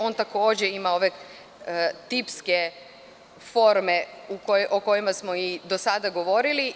On takođe ima tipske forme o kojima smo do sada govorili.